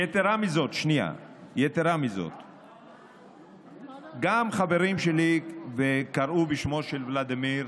יתרה מזו, גם חברים שלי וקראו בשמו של ולדימיר,